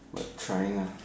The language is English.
but trying ah